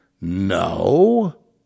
No